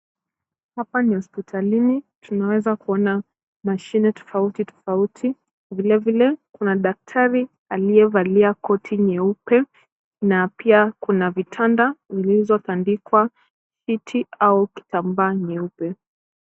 Hapa ni hospitalini. Tunaweza kuona mashine tofauti tofauti. Vilevile kuna daktari aliyevalia koti nyeupe na pia kuna kitanda ilibandikwa shiti au kitambaa nyeupe.